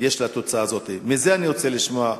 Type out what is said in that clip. את זה אני רוצה לשמוע.